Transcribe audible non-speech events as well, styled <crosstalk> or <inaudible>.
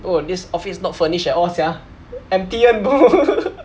bro this office not furnished at all sia empty [one] bro <laughs>